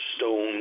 stone